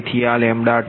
તેથી આ 22min0